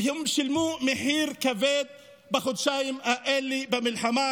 והם שילמו מחיר כבד בחודשיים האלה במלחמה